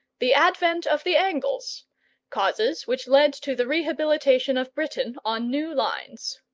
the advent of the angles causes which led to the rehabilitation of britain on new lines.